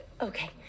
okay